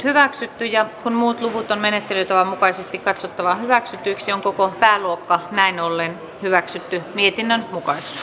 tehtiin seuraavat pääluokkaa koskevat hyväksytyn menettelytavan mukaisesti keskuskansliaan kirjallisina jätetyt edustajille monistettuina ja numeroituina jaetut ehdotukset